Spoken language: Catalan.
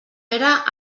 era